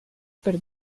per